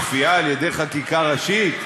בכפייה על-ידי חקיקה ראשית?